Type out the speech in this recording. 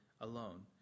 alone